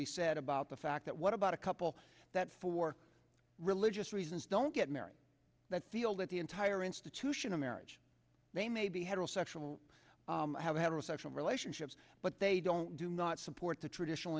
be said about the fact that what about a couple that for religious reasons don't get married that feel that the entire institution of marriage they may be heterosexual have had no sexual relationships but they don't do not support the traditional